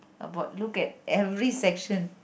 about look at every section